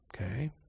okay